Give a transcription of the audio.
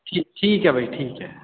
ਠੀ ਠੀਕ ਆ ਬਾਈ ਠੀਕ ਆ